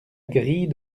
grille